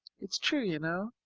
it's true, you know.